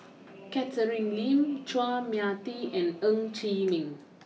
Catherine Lim Chua Mia Tee and Ng Chee Meng